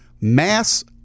mass